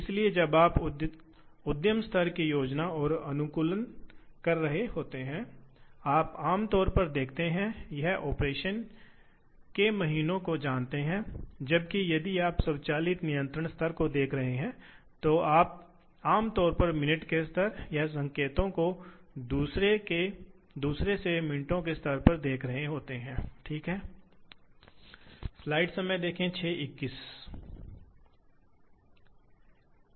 दूसरी ओर काम का टुकड़ा घूम रहा है आम तौर पर यह बहुत तेज़ गति से होता है इसलिए यह घूम रहा है साथ ही यह वास्तव में एक छेद ड्रिल करने के लिए नीचे आ सकता है इसलिए इस मामले में काम का टुकड़ा सक्षम है यह एक उच्च गति रोटेशन है यह एक अक्ष के साथ भी चल सकता है चाहे काम काम बल्कि उपकरण एक अक्ष के साथ आगे बढ़ सकता है और घूर्णन करते समय और नौकरी में स्थानांतरित हो सकता है हो सकता है आयताकार गति गति दो आयामी गति सही है